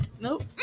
Nope